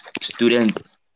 students